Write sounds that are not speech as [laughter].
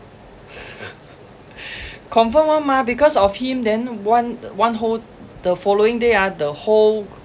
[laughs] confirm [one] mah because of him then one one whole the following day ah the whole